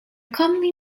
commonly